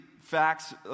facts